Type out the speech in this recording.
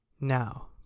now